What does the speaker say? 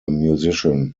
musician